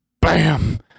bam